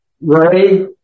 Ray